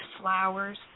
flowers